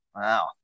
Wow